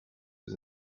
was